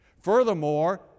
Furthermore